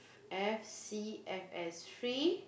F_C F_S free